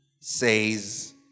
says